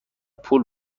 پول